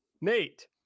Nate